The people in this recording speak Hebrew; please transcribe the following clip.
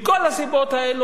מכל הסיבות האלה,